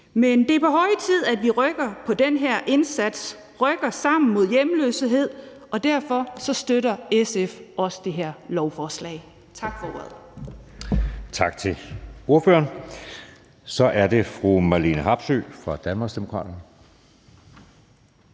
Men det er på høje tid, at vi rykker på den her indsats, rykker sammen mod hjemløshed, og derfor støtter SF også det her lovforslag. Tak for ordet. Kl. 15:31 Anden næstformand (Jeppe Søe): Tak til ordføreren. Så er det fru Marlene Harpsøe fra Danmarksdemokraterne.